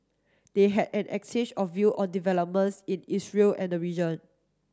they had an exchange of view on developments in Israel and the region